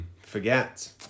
forget